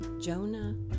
Jonah